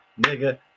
nigga